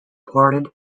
ported